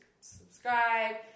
subscribe